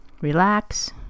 relax